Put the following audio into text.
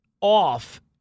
off